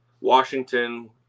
Washington